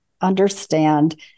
understand